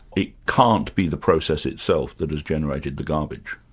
it can't be the process itself that has generated the garbage?